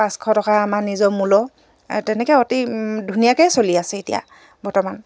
পাঁচশ টকা আমাৰ নিজৰ মূলৰ তেনেকৈ অতি ধুনীয়াকৈয়ে চলি আছে এতিয়া বৰ্তমান